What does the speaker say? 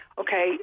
okay